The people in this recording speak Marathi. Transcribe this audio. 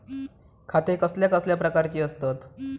खाते कसल्या कसल्या प्रकारची असतत?